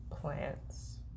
plants